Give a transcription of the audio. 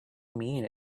mean